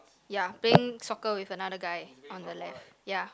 ya playing soccer with another guy on the left ya